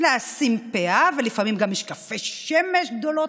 לשים פאה ולפעמים גם משקפי שמש גדולים